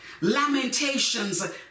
Lamentations